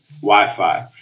Wi-Fi